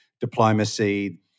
diplomacy